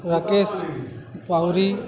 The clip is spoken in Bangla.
রকেশ বাউরি